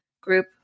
group